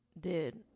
Dude